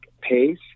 pace